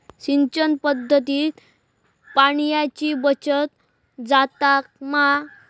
सिंचन पध्दतीत पाणयाची बचत जाता मा?